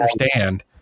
understand